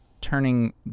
turning